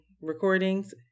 recordings